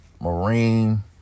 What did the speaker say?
marine